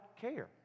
care